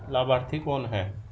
लाभार्थी कौन है?